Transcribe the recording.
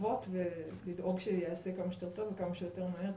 ללוות ולדאוג שיעשה כמה שיותר טוב וכמה שיותר מהר.